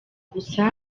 gusa